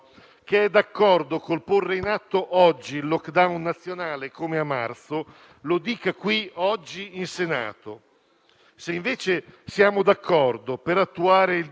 Il difficile tentativo di evitare il *lockdown* nazionale è legato alla possibilità di agire con provvedimenti più circoscritti e mirati, che hanno l'assoluta necessità